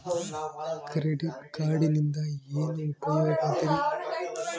Credit ಕಾರ್ಡಿನಿಂದ ಏನು ಉಪಯೋಗದರಿ?